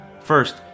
First